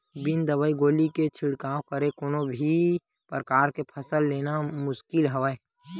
बिन दवई गोली के छिड़काव करे कोनो भी परकार के फसल लेना मुसकिल हवय